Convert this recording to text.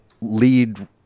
lead